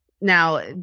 Now